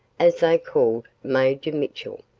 as they call major mitchell,